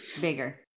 bigger